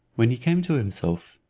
when he came to himself.